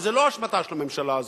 אבל זו לא אשמתה של הממשלה הזאת,